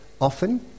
often